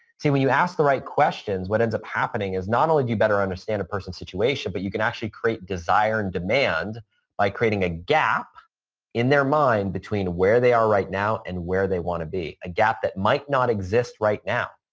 see, when you ask the right questions, what ends up happening is not only do you better understand the person's situation, but you can actually create desire and demand by creating a gap in their mind between where they are right now and where they want to be, a gap that might not exist right now.